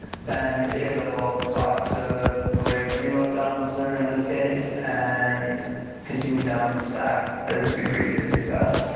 then it'll talk to the layer three load balancer in this case and continue down the stack as we've previously discussed.